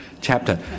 chapter